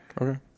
Okay